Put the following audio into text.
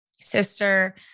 sister